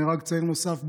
נהרג צעיר נוסף,